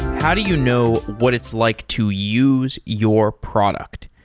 how do you know what it's like to use your product?